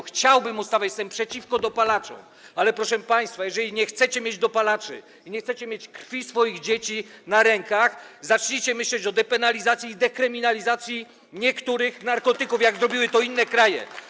Chciałbym ustawy, jesteśmy przeciwko dopalaczom, ale proszę państwa, jeżeli nie chcecie mieć dopalaczy ani nie chcecie mieć krwi swoich dzieci na rękach, zacznijcie myśleć o depenalizacji i dekryminalizacji niektórych narkotyków, jak zrobiły to inne kraje.